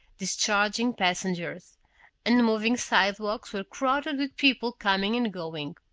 discharging passengers and the moving sidewalks were crowded with people coming and going.